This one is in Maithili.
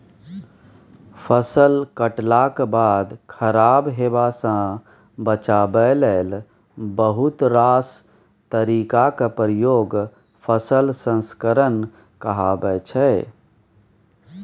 फसल कटलाक बाद खराब हेबासँ बचाबै लेल बहुत रास तरीकाक प्रयोग फसल संस्करण कहाबै छै